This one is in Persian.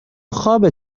خوابه